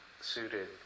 suited